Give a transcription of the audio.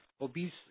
obese